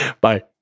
Bye